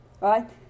right